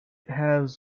has